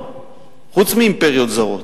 חוץ מאימפריות זרות.